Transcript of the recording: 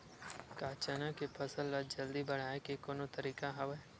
का चना के फसल ल जल्दी बढ़ाये के कोनो तरीका हवय?